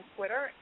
Twitter